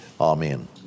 Amen